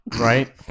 Right